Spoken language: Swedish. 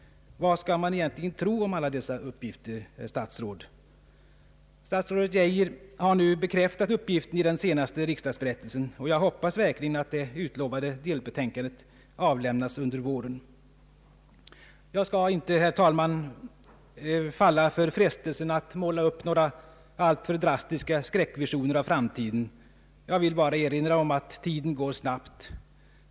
Vad skall man egentligen tro om alla dessa uppgifter, herr statsråd? Statsrådet Geijer har nu bekräftat uppgiften i den senaste riksdagsberättelsen, och jag hoppas verkligen att det utlovade delbetänkandet avlämnas under våren. Jag skall inte, herr talman, falla för frestelsen att måla upp några drastiska skräckvisioner av framtiden. Jag vill bara erinra om att tiden går snabbt.